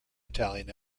italian